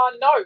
No